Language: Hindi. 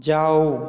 जाओ